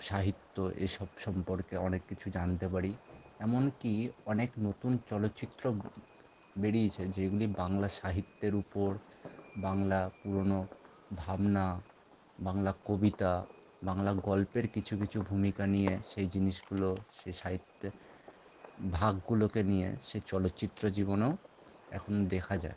সাহিত্য এইসব সম্পর্কে অনেক কিছু জানতে পারি এমনকি অনেক নতুন চলচ্চিত্র বেরিয়েছে যেগুলি বাংলা সাহিত্যের উপর বাংলা পুরনো ভাবনা বাংলা কবিতা বাংলা গল্পের কিছু কিছু ভূমিকা নিয়ে সেই জিনিসগুলো সে সাহিত্যের ভাগগুলোকে নিয়ে সে চলচ্চিত্র জীবনেও এখন দেখা যায়